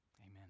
Amen